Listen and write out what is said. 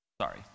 sorry